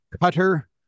Cutter